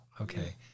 Okay